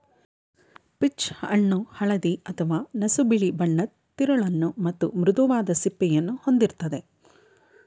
peach ಹಣ್ಣು ಹಳದಿ ಅಥವಾ ನಸುಬಿಳಿ ಬಣ್ಣದ್ ತಿರುಳನ್ನು ಮತ್ತು ಮೃದುವಾದ ಸಿಪ್ಪೆಯನ್ನು ಹೊಂದಿರ್ತದೆ